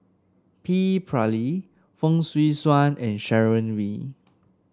P Ramlee Fong Swee Suan and Sharon Wee